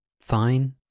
fine